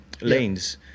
lanes